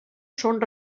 són